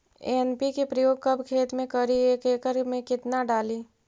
NPK प्रयोग कब खेत मे करि एक एकड़ मे कितना डाली?